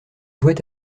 jouait